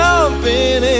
Jumping